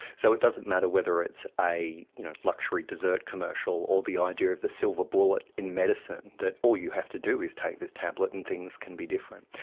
so it doesn't matter whether it's a you know luxury desert commercial or the idea of the silver bullet in medicine that all you have to do is take this tablet and things can be different.